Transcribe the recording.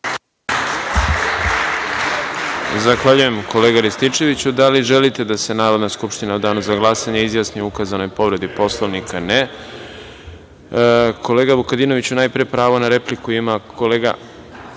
Zahvaljujem, kolega Rističeviću. Da li želite da se Narodna skupština u Danu za glasanje izjasni o ukazanoj povredi Poslovnika? (Ne.)Kolega Vukadinoviću, najpre pravo na repliku ima kolega…Ne